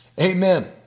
Amen